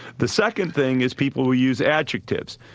the second thing is people will use adjectives,